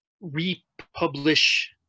republish